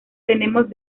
tenemos